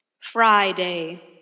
Friday